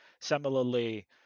Similarly